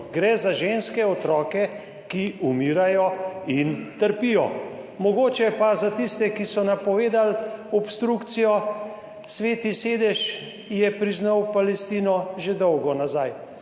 gre za ženske, otroke, ki umirajo in trpijo. Mogoče pa za tiste, ki so napovedali obstrukcijo, Sveti sedež je priznal Palestino že dolgo nazaj,